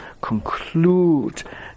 conclude